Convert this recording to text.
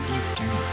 Eastern